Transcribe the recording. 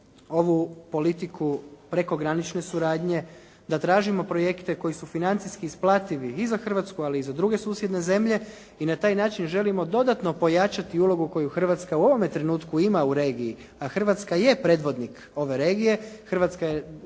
ovu politiku prekogranične suradnje, da tražimo projekte koji su financijski isplativi i za Hrvatsku, ali i za druge susjedne zemlje i na taj način želimo dodatno pojačati ulogu koju Hrvatska u ovome trenutku ima u regiji, a Hrvatska je predvodnik ove regije, Hrvatska je